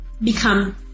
become